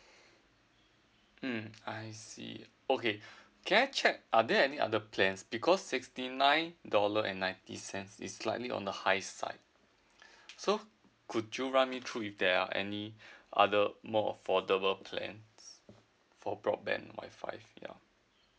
hmm I see okay can I check are there any other plans because sixty nine dollar and ninety cents is slightly on the high side so could you run me through if there are any other more affordable plans for broadband wifi ya